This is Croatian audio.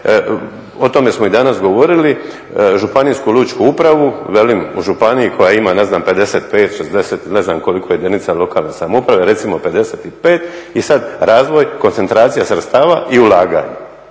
o tome smo i danas govorili županijsku lučku upravu, velim u županiji koja ima ne znam 55, 60 ili ne znam koliko jedinica lokalne samouprave, recimo 55 i sada razvoj, koncentracija sredstva i ulaganje.